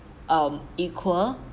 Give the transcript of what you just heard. um equal